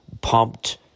pumped